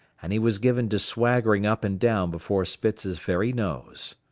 and he was given to swaggering up and down before spitz's very nose.